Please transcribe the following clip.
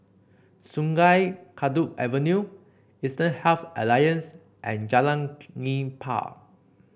Sungei Kadut Avenue Eastern Health Alliance and Jalan Nipah